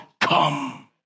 come